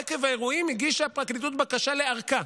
עקב האירועים הגישה הפרקליטות בקשה לארכה.